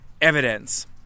evidence